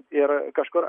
ir kažkur